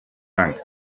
dank